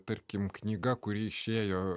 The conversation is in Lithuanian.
tarkim knyga kuri išėjo